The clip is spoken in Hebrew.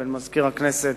בין מזכיר הכנסת